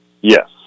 Yes